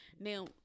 now